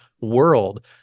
world